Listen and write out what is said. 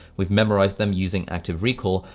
we've memorized them using active recall.